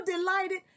delighted